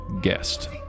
guest